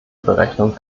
berechnung